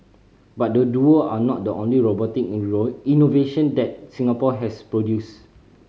but the duo are not the only robotic innovation that Singapore has produced